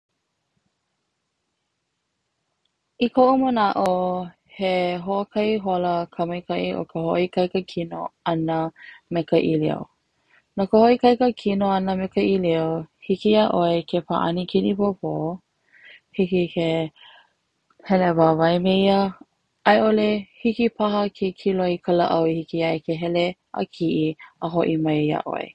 I koʻu manaʻo, he hoʻokahi hola ka maikaʻi o ka hoʻoikaika kino ana me ka ʻilio, no ka hoʻoikaika kino ana me ka ʻilio hiki iaʻoe ke paʻani kinipopo, hiki ke hele wawae meia aiʻole hiki paha ke kiloi ka laʻau I hiki ia ia ke hele a kiʻi a hoʻi mai iaʻoe.